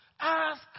Ask